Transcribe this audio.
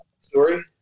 Story